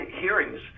hearings